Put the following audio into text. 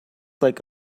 like